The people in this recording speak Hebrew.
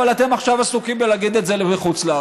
אבל אתם עכשיו עסוקים בלהגיד את זה בחוץ-לארץ.